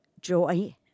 Joy